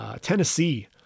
Tennessee